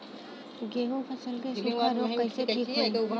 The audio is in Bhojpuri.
गेहूँक फसल क सूखा ऱोग कईसे ठीक होई?